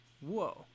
whoa